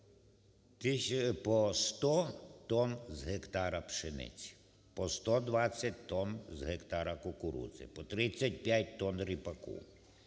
по 100 тонн з гектару пшениці, по 120 тонн з гектара кукурудзи, по 35 тонн ріпаку,